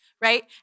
right